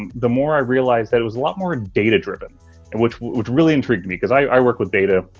the more i realized it it was a lot more data driven and which which really intrigued me. because i work with data,